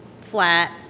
flat